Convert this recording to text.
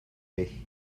lait